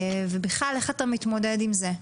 ובכלל איך אתה מתמודד עם זה.